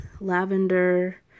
lavender